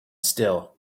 still